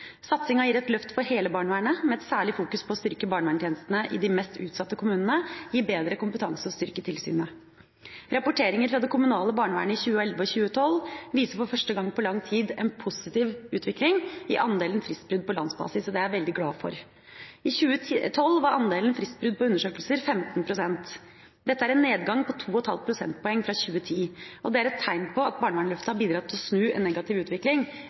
Satsinga gir et løft for hele barnevernet, med særlig fokusering på å styrke barnevernstjenestene i de mest utsatte kommunene, gi bedre kompetanse og å styrke tilsynet. Rapporteringer fra det kommunale barnevernet i 2011 og 2012 viser for første gang på lang tid en positiv utvikling i andelen fristbrudd på landsbasis. Det er jeg veldig glad for. I 2012 var andelen fristbrudd for undersøkelser 15 pst. Dette en nedgang på 2,5 prosentpoeng fra 2010. Og det er et tegn på at barnevernsløftet har bidratt til å snu en negativ utvikling,